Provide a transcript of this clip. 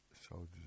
soldiers